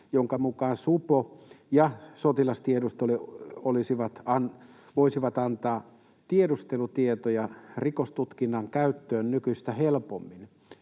jonka mukaan supo ja sotilastiedustelu voisivat antaa tiedustelutietoja rikostutkinnan käyttöön nykyistä helpommin.